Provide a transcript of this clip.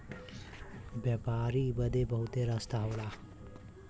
व्यापारी बदे बहुते रस्ता होला